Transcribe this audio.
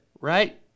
right